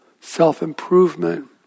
self-improvement